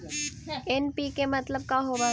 NPK मतलब का होव हइ?